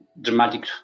dramatic